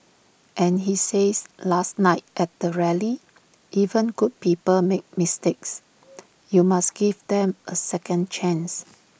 and he says last night at the rally even good people make mistakes you must give them A second chance